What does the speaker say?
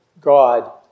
God